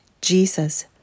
Jesus